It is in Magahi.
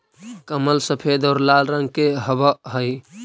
कमल सफेद और लाल रंग के हवअ हई